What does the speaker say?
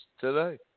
today